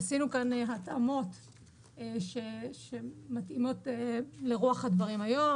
עשינו כאן התאמות שמתאימות לרוח הדברים היום.